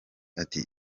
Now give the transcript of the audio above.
ati